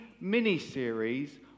mini-series